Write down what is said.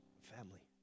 family